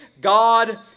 God